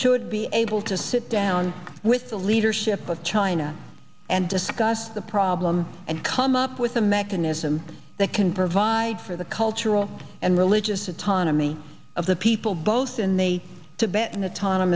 should be able to sit down with the leadership of china and discuss the problem and come up with a mechanism that can provide for the cultural and religious autonomy of the people both in the tibet and auton